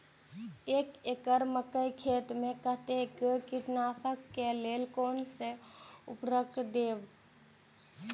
एक एकड़ मकई खेत में कते कीटनाशक के लेल कोन से उर्वरक देव?